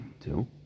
two